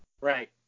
Right